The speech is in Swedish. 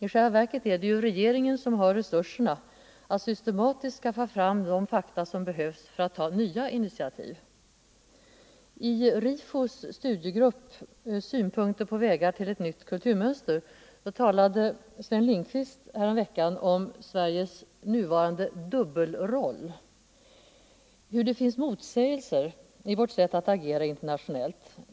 I själva verket är det ju regeringen som har resurserna att systematiskt skaffa fram de fakta som behövs för att ta nya initiativ. I RIFO:s studiegrupp Synpunkter på vägar till ett nytt kulturmönster talade Sven Lindqvist om Sveriges nuvarande dubbelroll, hur det finns motsägelser i vårt sätt att agera internationellt.